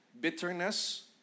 bitterness